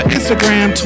Instagram